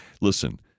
listen